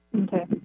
Okay